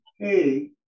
hey